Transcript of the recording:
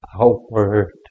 outward